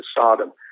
Sodom